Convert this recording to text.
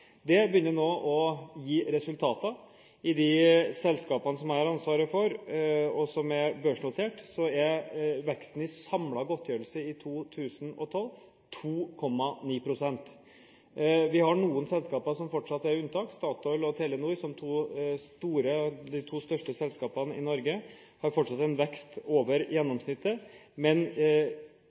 Det begynner nå å gi resultater. I de selskapene som jeg har ansvaret for, og som er børsnotert, er veksten i samlede godtgjørelser i 2012 på 2,9 pst. Vi har noen selskaper som fortsatt er unntak. Statoil og Telenor, som de to største selskapene i Norge, har fortsatt en vekst over gjennomsnittet. Men